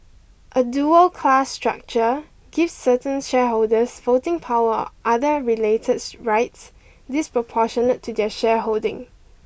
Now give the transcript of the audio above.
a dual class structure gives certain shareholders voting power other rights disproportionate to their shareholding